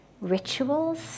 rituals